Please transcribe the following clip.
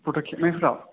फट' खेबनायफ्राव